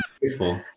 beautiful